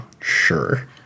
Sure